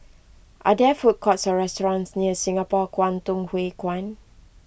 are there food courts or restaurants near Singapore Kwangtung Hui Kuan